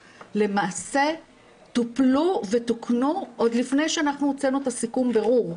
למעשה טופלו ותוקנו עוד לפני שאנחנו הוצאנו את סיכום הבירור.